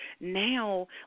Now